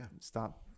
stop